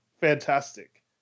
Fantastic